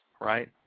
right